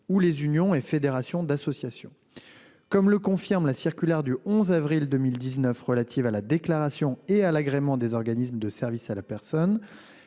ou les unions et fédérations d'associations. Comme cela est confirmé dans la circulaire du 11 avril 2019 relative à la déclaration et à l'agrément des organismes de services à la personne,